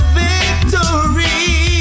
victory